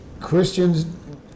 Christians